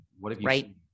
Right